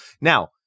Now